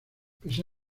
pese